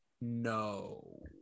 No